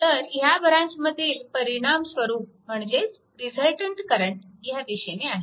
तर ह्या ब्रांचमधील परिणामस्वरूप म्हणजेच रिझल्टंट करंट ह्या दिशेने आहे